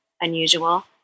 unusual